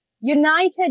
United